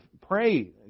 pray